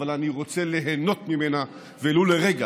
אבל אני רוצה ליהנות ממנה ולו לרגע